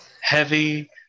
heavy